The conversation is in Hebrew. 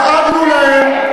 דאגנו להם,